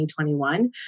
2021